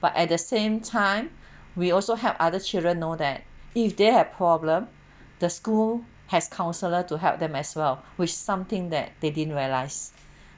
but at the same time we also help other children know that if they have problem the school has counsellor to help them as well which something that they didn't realize